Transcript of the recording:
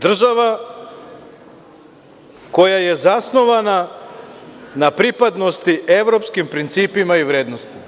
država koja je zasnovana na pripadnosti evropskih principa i vrednosti.